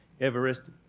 Everest